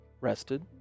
rested